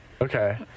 okay